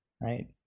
right